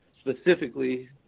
specifically